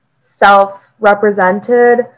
self-represented